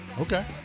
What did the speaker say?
Okay